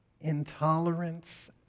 intolerance